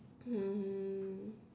um